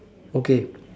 okay